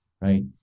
right